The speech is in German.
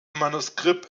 manuskript